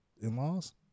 in-laws